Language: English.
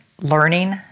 learning